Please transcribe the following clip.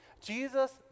Jesus